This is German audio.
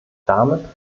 damit